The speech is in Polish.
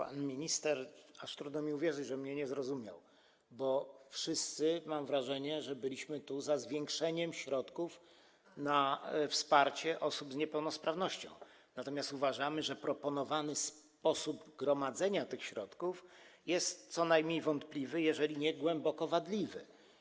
Aż trudno mi uwierzyć, że pan minister mnie nie zrozumiał, bo wszyscy, mam wrażenie, byliśmy tu za zwiększeniem środków na wsparcie osób z niepełnosprawnością, natomiast uważamy, że proponowany sposób gromadzenia tych środków jest co najmniej wątpliwy, jeżeli nie głęboko wadliwy.